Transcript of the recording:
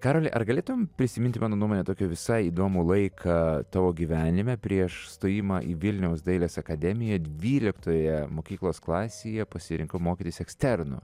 karoli ar galėtum prisiminti mano nuomone tokio visai įdomų laiką tavo gyvenime prieš stojimą į vilniaus dailės akademiją dvyliktoje mokyklos klasėje pasirinkau mokytis eksternu